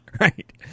right